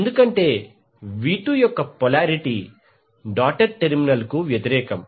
ఎందుకంటే v2 యొక్క polarity dotted టెర్మినల్కు వ్యతిరేకం